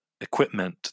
equipment